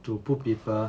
to put people